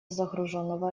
загруженного